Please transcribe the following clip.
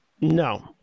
No